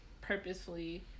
purposefully